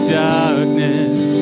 darkness